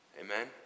Amen